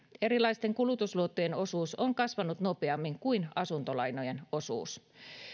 erilaisten kulutusluottojen osuus on kasvanut nopeammin kuin asuntolainojen osuus